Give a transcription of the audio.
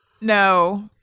No